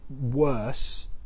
worse